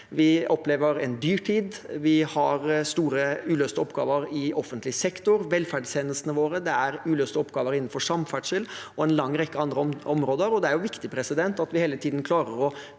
Vi opplever en dyrtid, vi har store uløste oppgaver i offentlig sektor, velferdstjenestene våre, det er uløste oppgaver innenfor samferdsel og på en lang rekke andre områder. Det er viktig at vi hele tiden klarer å